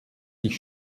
sich